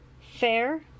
Fair